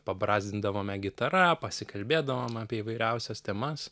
pabrazdindavome gitara pasikalbėdavom apie įvairiausias temas